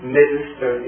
minister